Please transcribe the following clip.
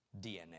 DNA